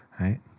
right